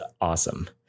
awesome